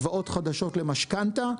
הלוואות חדשות למשכנתה,